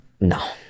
no